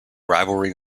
rivalry